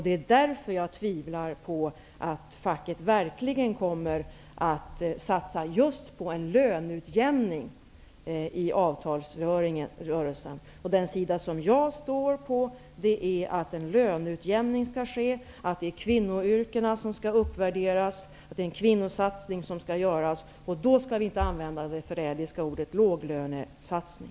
Det är därför som jag tvivlar på att facket verkligen kommer att satsa just på en löneutjämning i avtalsrörelsen. Berit Andnor undrade vilken sida jag står på. Jag tycker att en löneutjämning skall ske, att det är kvinnoyrkena som skall uppvärderas, och att det är en kvinnosatsning som skall göras. Då skall vi inte använda det förrädiska ordet låglönesatsning.